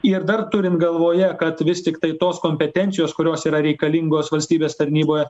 ir dar turint galvoje kad vis tiktai tos kompetencijos kurios yra reikalingos valstybės tarnyboje